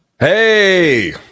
Hey